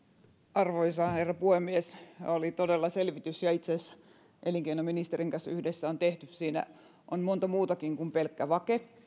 arvoisa herra puhemies oli todella selvitys ja itse asiassa elinkeinoministerin kanssa yhdessä olemme teettäneet sen siinä on monta muutakin kuin pelkkä vake